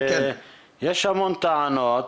יש המון טענות.